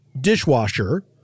dishwasher